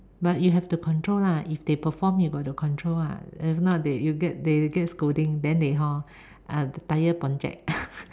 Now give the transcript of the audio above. but you have to control lah if they perform you got to control lah if not they you get they get scolding then they hor uh the tire pancit